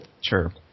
Sure